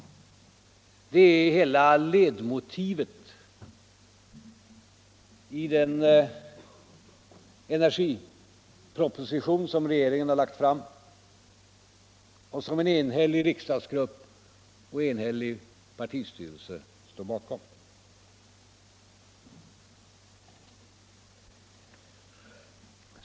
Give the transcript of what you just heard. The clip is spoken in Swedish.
Det är hela ledmotivet i den energiproposition som regeringen har lagt fram och som en enhällig riksdagsgrupp och en enhällig partistyrelse står bakom.